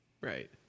Right